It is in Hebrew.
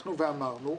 שפתחנו ואמרנו,